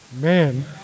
Man